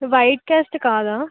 white caste కాదా